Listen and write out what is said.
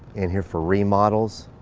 in here for remodels.